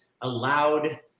allowed